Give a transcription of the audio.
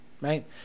right